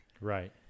right